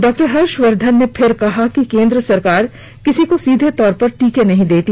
डॉ हर्षवर्धन ने फिर कहा है कि केंद्र सरकार किसी को सीधे तौर पर टीके नहीं देती